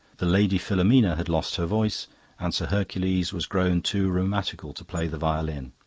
the lady filomena had lost her voice and sir hercules was grown too rheumatical to play the violin.